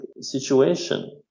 situation